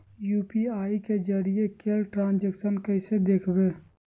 UPI के जरिए कैल ट्रांजेक्शन कैसे देखबै?